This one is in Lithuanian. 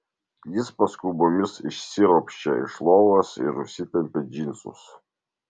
jis paskubomis išsiropščia iš lovos ir užsitempia džinsus